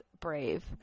brave